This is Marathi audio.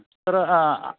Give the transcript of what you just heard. तर